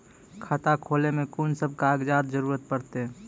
खाता खोलै मे कून सब कागजात जरूरत परतै?